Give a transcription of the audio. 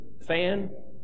fan